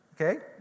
Okay